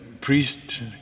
priest